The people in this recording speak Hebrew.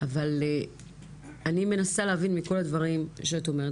אבל אני מנסה להבין מכל הדברים שאת אומרת,